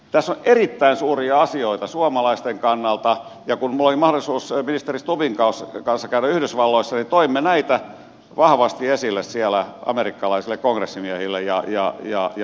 tässä on erittäin suuria asioita suomalaisten kannalta ja kun minulla oli mahdollisuus ministeri stubbin kanssa käydä yhdysvalloissa niin toimme näitä vahvasti esille siellä amerikkalaisille kongressimiehille ja virkamiehille